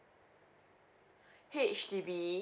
H_D_B